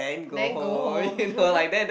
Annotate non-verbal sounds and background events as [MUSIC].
then go home [LAUGHS]